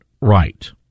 right